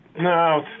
No